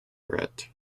brett